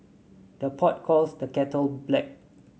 the pot calls the kettle black